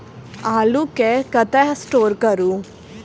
आलु केँ कतह स्टोर करू?